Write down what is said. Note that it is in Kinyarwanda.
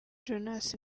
jonas